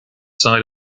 side